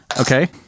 okay